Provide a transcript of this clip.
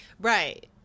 Right